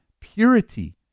purity